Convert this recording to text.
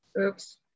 Oops